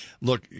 look